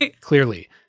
clearly